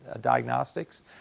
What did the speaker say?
diagnostics